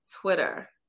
Twitter